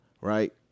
Right